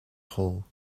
whole